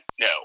No